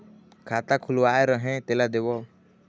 खाता खुलवाय रहे तेला देव?